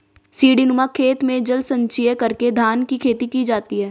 सीढ़ीनुमा खेत में जल संचय करके धान की खेती की जाती है